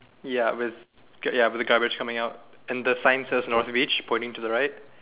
ya with ya with the garbage coming out and the sign says north beach pointing to the right